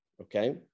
okay